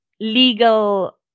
legal